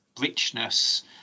richness